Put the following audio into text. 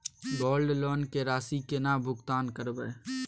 Gold loan के राशि केना भुगतान करबै?